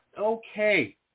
Okay